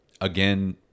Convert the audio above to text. again